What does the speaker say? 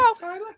Tyler